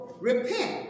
Repent